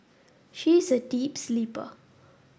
she is a deep sleeper